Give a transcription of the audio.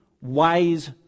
wise